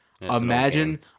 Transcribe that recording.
Imagine